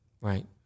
Right